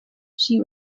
she